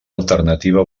alternativa